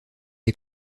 est